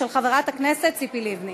של חברת הכנסת ציפי לבני.